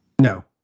No